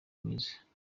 mwiza